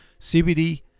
CBD